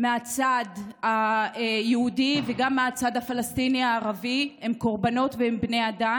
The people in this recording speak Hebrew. מהצד היהודי וגם מהצד הפלסטיני-הערבי הם קורבנות והם בני אדם.